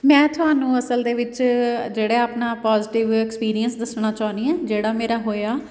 ਮੈਂ ਤੁਹਾਨੂੰ ਅਸਲ ਦੇ ਵਿੱਚ ਜਿਹੜਾ ਆਪਣਾ ਪੋਜੀਟਿਵ ਐਕਸਪੀਰੀਅੰਸ ਦੱਸਣਾ ਚਾਹੁੰਦੀ ਹਾਂ ਜਿਹੜਾ ਮੇਰਾ ਹੋਇਆ